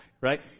right